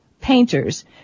painters